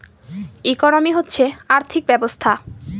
economy হচ্ছে আর্থিক ব্যবস্থা